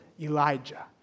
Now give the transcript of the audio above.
Elijah